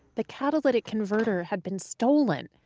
the catalytic converter had been stolen.